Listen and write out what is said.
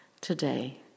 today